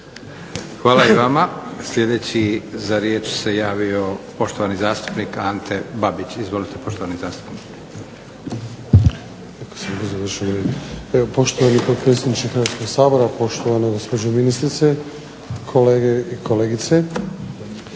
Hvala i vama. sljedeći za riječ se javio poštovani zastupnik Ante Babić. Izvolite. **Babić, Ante